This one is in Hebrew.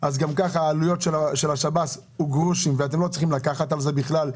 גם ככה העלויות של השב"ס זה גרושים ואתם לא צריכים לקחת על זה בכלל.